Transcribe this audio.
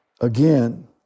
again